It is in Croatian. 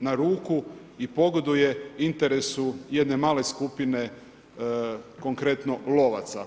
na ruku i pogoduje interesu jedne male skupine konkretno, lovaca.